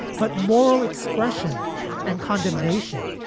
but moral expression and condemnation.